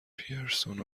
پیرسون